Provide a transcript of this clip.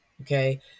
okay